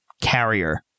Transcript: carrier